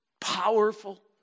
powerful